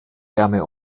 wärme